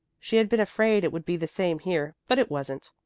she had been afraid it would be the same here, but it wasn't.